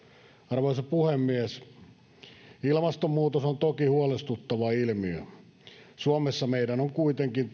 arvoisa puhemies ilmastonmuutos on toki huolestuttava ilmiö suomessa meidän on kuitenkin